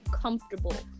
comfortable